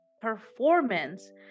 performance